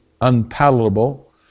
unpalatable